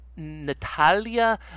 Natalia